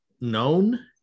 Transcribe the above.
known